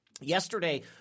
yesterday